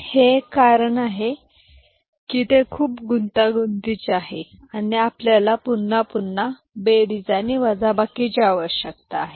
हे एक कारण आहे की ते खूप गुंतागुंतीचे आहे आणि आपल्याला पुन्हा पुन्हा बेरीज आणि वजाबाकीची आवश्यकता आहे